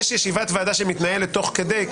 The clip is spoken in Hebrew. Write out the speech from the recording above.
יש ישיבת ועדה שמתנהלת תוך כדי.